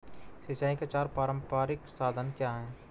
सिंचाई के चार पारंपरिक साधन क्या हैं?